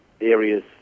areas